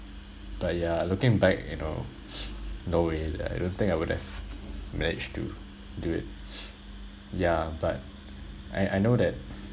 but yeah looking back you know no way that I don't think I would have managed to do it yeah but I I know that